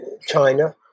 China